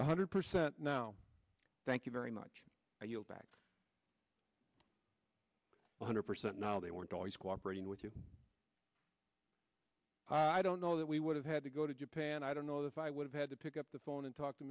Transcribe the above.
one hundred percent now thank you very much and you'll back one hundred percent now they weren't always cooperating with you i don't know that we would have had to go to japan i don't know if i would have had to pick up the phone and talk to